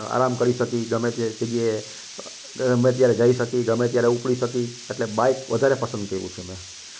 આરામ કરી શકી ગમે તે જગ્યાએ ગમે ત્યારે જઈ શકી ગમે ત્યારે ઉપડી શકી એટલે બાઇક વધારે પસંદ કર્યું છે મેં